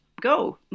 go